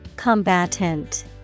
Combatant